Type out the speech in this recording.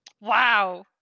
Wow